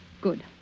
Good